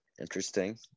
interesting